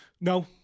No